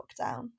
lockdown